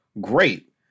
Great